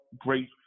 great